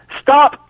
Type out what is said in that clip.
Stop